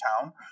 town